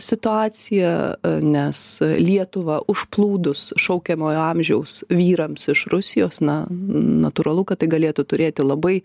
situacija nes lietuvą užplūdus šaukiamojo amžiaus vyrams iš rusijos na natūralu kad tai galėtų turėti labai